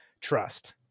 Trust